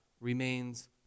remains